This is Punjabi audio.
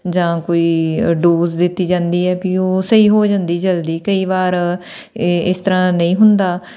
ਜਾਂ ਕੋਈ ਡੋਜ਼ ਦਿੱਤੀ ਜਾਂਦੀ ਹੈ ਵੀ ਉਹ ਸਹੀ ਹੋ ਜਾਂਦੀ ਜਲਦੀ ਕਈ ਵਾਰ ਇ ਇਸ ਤਰ੍ਹਾਂ ਨਹੀਂ ਹੁੰਦਾ